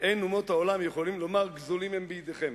אין אומות העולם יכולים לומר גזולים הם בידיכם: